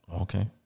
Okay